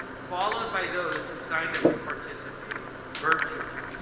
followed by those who signed up to participate virtually.